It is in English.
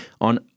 on